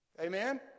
Amen